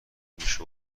میشد